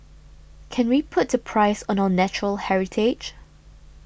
can we put a price on our natural heritage